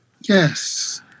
Yes